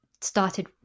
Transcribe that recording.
started